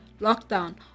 lockdown